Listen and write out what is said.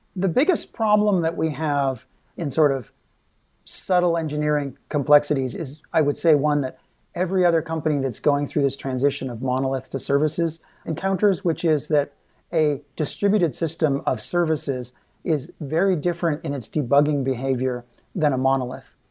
the biggest problem that we have in sort of subtle engineering complexities is i would say one that every other company that's going through this transition of monolith to services encounters which is that a distributed system of services is very different in its debugging behavior than a monolith.